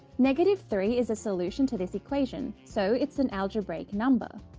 negative three is a solution to this equation so it's an algebraic number.